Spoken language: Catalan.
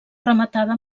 rematada